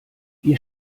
wir